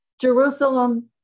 Jerusalem